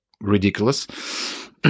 ridiculous